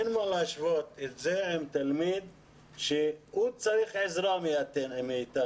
אין מה להשוות את זה עם תלמיד שצריך עזרה מאתנו.